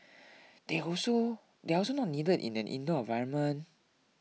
they also they are also not needed in an indoor environment